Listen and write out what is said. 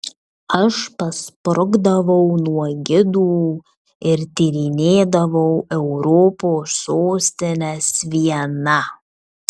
aš pasprukdavau nuo gidų ir tyrinėdavau europos sostines viena